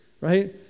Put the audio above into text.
right